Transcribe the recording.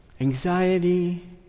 anxiety